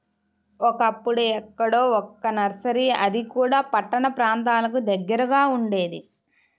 ఒకప్పుడు ఎక్కడో ఒక్క నర్సరీ అది కూడా పట్టణ ప్రాంతాలకు దగ్గరగా ఉండేది